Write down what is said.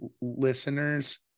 listeners